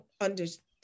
understand